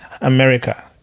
america